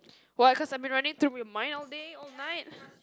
why cause I've been running through your mind all day all night